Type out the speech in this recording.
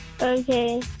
Okay